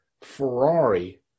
Ferrari